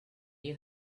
you